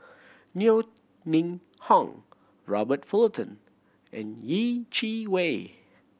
Yeo Ning Hong Robert Fullerton and Yeh Chi Wei